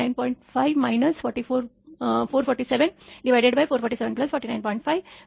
5 0